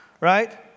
right